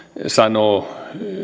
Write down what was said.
sanoo